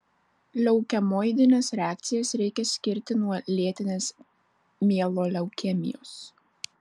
leukemoidines reakcijas reikia skirti nuo lėtinės mieloleukemijos